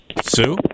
Sue